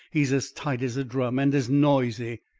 he's as tight as a drum and as noisy.